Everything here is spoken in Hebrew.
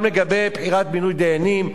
גם לגבי מינוי דיינים,